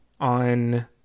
on